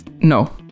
no